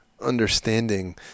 understanding